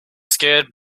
scared